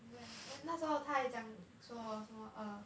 that's why 那时候他有讲说什么 err